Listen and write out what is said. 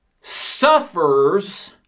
suffers